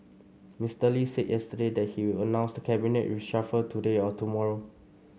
Mister Lee said yesterday that he will announce cabinet reshuffle today or tomorrow